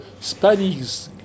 Spanish